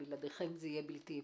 בלעדיכם זה יהיה בלתי-אפשרי.